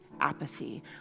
apathy